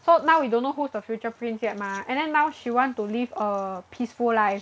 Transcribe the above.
so now we don't know who's the future prince yet mah and then now she want to live a peaceful life